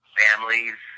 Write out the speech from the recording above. families